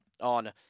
on